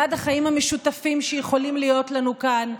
בעד החיים המשותפים שיכולים להיות לנו כאן,